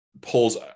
pulls